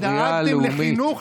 ודאגתם לחינוך,